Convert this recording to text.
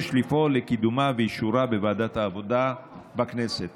יש לפעול לקידומה ואישורה בוועדת העבודה בכנסת.